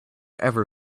ever